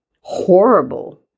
horrible